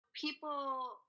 people